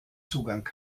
zugang